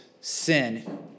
sin